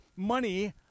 Money